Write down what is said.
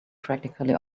practically